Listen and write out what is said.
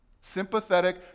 Sympathetic